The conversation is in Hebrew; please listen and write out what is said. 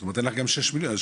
זאת אומרת אין לך ששה מיליון,